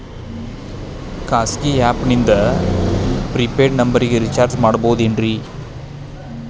ಖಾಸಗಿ ಆ್ಯಪ್ ನಿಂದ prepaid ನಂಬರಿಗ ರೇಚಾರ್ಜ್ ಮಾಡಬಹುದೇನ್ರಿ?